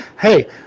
Hey